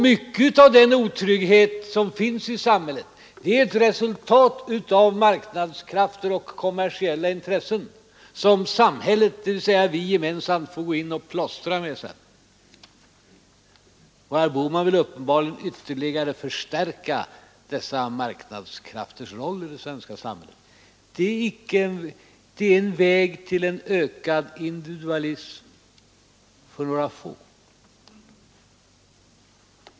Mycket av den otrygghet som finns i samhället är ett resultat av marknadskrafter och kommersiella intressen, som samhället, dvs. vi gemensamt, får gå in och plåstra om. Herr Bohman vill uppenbarligen ytterligare förstärka vissa marknadskrafters roll i det svenska samhället. Det är en väg till en ökad individualism för några få.